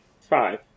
five